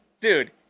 Dude